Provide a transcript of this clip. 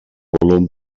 volum